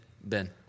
Ben